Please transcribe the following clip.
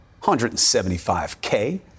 $175K